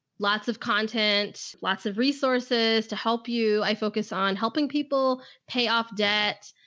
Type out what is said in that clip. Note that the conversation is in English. lots of content, lots of resources to help you. i focus on helping people pay off debt.